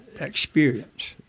experience